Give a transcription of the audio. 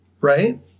right